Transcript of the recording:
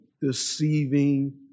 deceiving